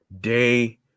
day